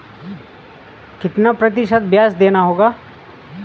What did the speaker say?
कितना प्रतिशत ब्याज देना होगा?